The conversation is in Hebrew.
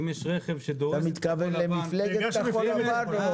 חניית כחול לבן זה